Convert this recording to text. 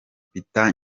peter